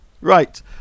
Right